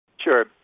Sure